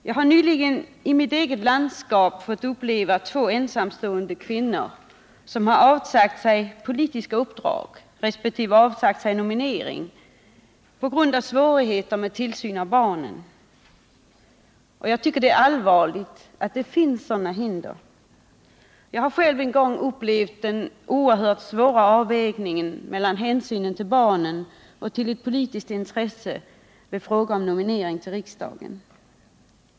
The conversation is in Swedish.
Jag har nyligen i mitt eget landskap fått erfara hur två ensamstående kvinnor avsagt sig politiska uppdrag resp. nominering på grund av svårigheter med tillsyn av barnen. Det är allvarligt att det finns sådana hinder. Jag har själv en gång upplevt den oerhört svåra avvägningen mellan hänsynen till barnen och ett politiskt intresse vid fråga om nominering till riksdagen.